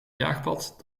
jaagpad